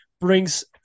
brings